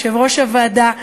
יושב-ראש הוועדה,